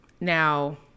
now